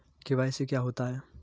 KYC क्या होता है?